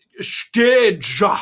Stage